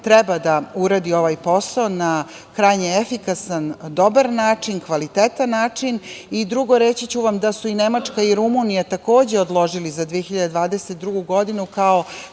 treba da uradi ovaj posao na krajnje efikasan, dobar način, kvalitetan način i, drugo, reći ću vam da su i Nemačka, i Rumunija, takođe, odložile za 2022. godinu, kao